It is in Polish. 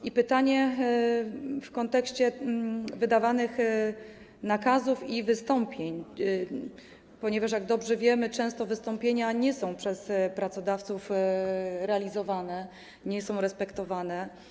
I pytanie w kontekście wydawanych nakazów i wystąpień, ponieważ jak dobrze wiemy, często wystąpienia nie są przez pracodawców realizowane, nie są respektowane.